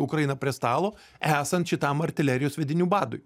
ukrainą prie stalo esant šitam artilerijos sviedinių badui